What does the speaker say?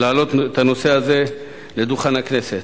להעלות את הנושא הזה על דוכן הכנסת,